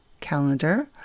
calendar